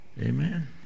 Amen